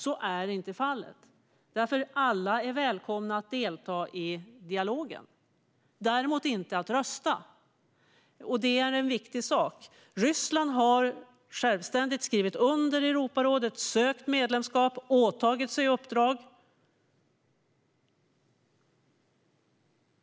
Så är inte fallet, för alla är välkomna att delta i dialogen. Däremot får man inte rösta, och det är en viktig sak. Ryssland har självständigt sökt medlemskap i Europarådet, åtagit sig uppdrag och skrivit under.